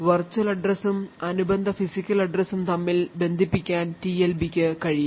virtual addressഉം അനുബന്ധ physical addressഉം തമ്മിൽ ബന്ധിപ്പിക്കാൻ ടിഎൽബിക്ക് കഴിയും